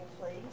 please